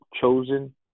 chosen